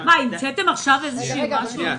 המצאתם עכשיו משהו אחר?